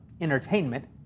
entertainment